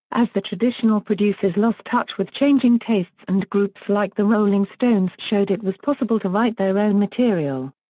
as the traditional producers lost touch with changing tastes and groups like the rolling stones showed it was possible to write their own material.